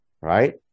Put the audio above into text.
right